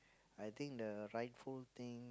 I think the rightful thing